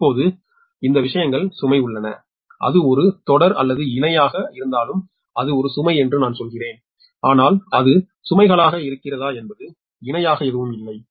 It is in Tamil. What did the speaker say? இப்போது இந்த விஷயங்கள் சுமை உள்ளன அது ஒரு தொடர் அல்லது இணையாக இருந்தாலும் அது ஒரு சுமை என்று நான் சொல்கிறேன் ஆனால் அது சுமைகளாக இருக்கிறதா என்பது இணையாக எதுவும் இல்லை